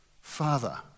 Father